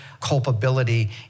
culpability